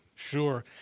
Sure